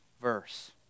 verse